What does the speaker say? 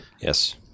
yes